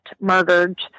murdered